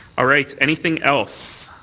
all right. anything else?